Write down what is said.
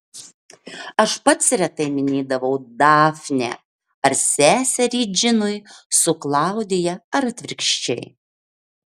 aš pats retai minėdavau dafnę ar seserį džinui su klaudija ar atvirkščiai